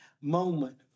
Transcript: moment